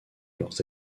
leurs